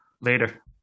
later